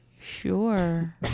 Sure